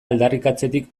aldarrikatzetik